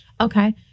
Okay